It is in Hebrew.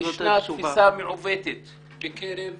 תפיסה מעוותת בקרב